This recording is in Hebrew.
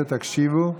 תקשיבו: